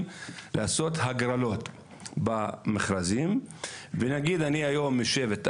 לעשות הגרלות במכרזים ונגיד אני היום משבט א'